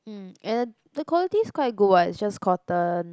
mm and the quality's quite good what it's just cotton